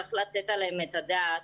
צריך לתת עליהם את הדעת.